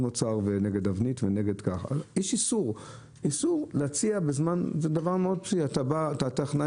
מה הסנקציות שאתם בעצם מפעילים